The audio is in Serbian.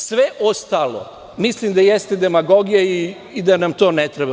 Sve ostalo mislim da jeste demagogija i da nam to više ne treba.